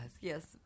Yes